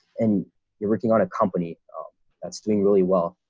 and you're working on a company that's doing really well.